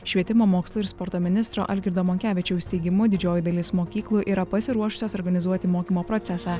švietimo mokslo ir sporto ministro algirdo monkevičiaus teigimu didžioji dalis mokyklų yra pasiruošusios organizuoti mokymo procesą